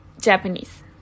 Japanese